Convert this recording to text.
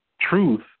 truth